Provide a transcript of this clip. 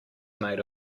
made